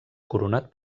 coronat